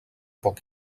poc